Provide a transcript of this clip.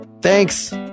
Thanks